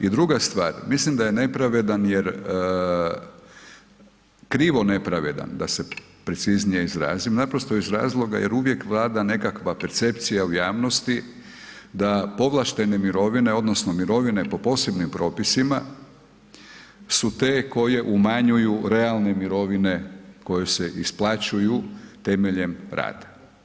I druga stvar, mislim da je nepravedan jer krivo nepravedan da se preciznije izrazim naprosto iz razloga jer uvijek vlada nekakva percepcija u javnosti da povlaštene mirovine odnosno mirovine po posebnim propisima su te koje umanjuju realne mirovine koje se isplaćuju temeljem rada.